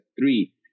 three